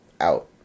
out